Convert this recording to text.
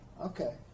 Okay